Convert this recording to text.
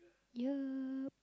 yup